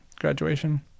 graduation